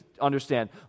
understand